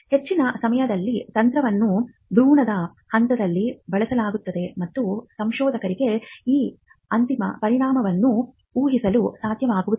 ಹೆಚ್ಚಿನ ಸಮಯದಲ್ಲಿ ತಂತ್ರವನ್ನು ಭ್ರೂಣದ ಹಂತದಲ್ಲಿ ಬಳಸಲಾಗುತ್ತದೆ ಮತ್ತು ಸಂಶೋಧಕರಿಗೆ ಈ ಅಂತಿಮ ಪರಿಣಾಮಗಳನ್ನು ಉಹಿಸಲು ಸಾಧ್ಯವಾಗುವುದಿಲ್ಲ